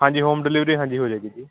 ਹਾਂਜੀ home delivery ਹਾਂਜੀ ਹੋ ਜਾਏਗੀ ਜੀ